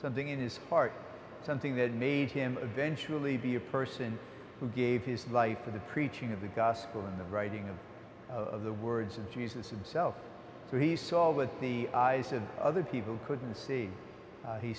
something in his heart something that made him eventually be a person who gave his life for the preaching of the gospel in the writing of the words of jesus himself when he saw with the eyes of other people couldn't see